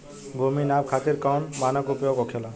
भूमि नाप खातिर कौन मानक उपयोग होखेला?